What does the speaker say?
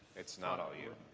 it's not all you.